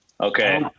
Okay